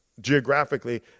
geographically